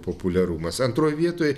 populiarumas antroj vietoj